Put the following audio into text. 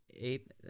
Eight